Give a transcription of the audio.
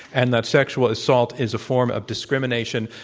and that sexual assault is a form of discrimination.